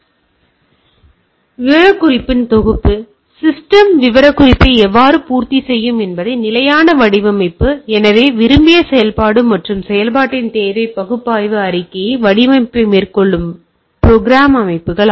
எனவே தேவையானது விவரக்குறிப்புகளின் தொகுப்பு எனவே சிஸ்டம் விவரக்குறிப்பை எவ்வாறு பூர்த்தி செய்யும் என்பதை நிலையான வடிவமைப்பு எனவே விரும்பிய செயல்பாடு மற்றும் செயல்பாட்டின் தேவை பகுப்பாய்வு அறிக்கை வடிவமைப்பை மேற்கொள்ளும் ப்ரோக்ராம் அமைப்புகள்